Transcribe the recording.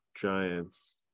Giants